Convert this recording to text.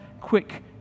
quick